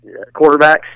quarterbacks